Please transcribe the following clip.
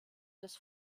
des